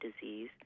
disease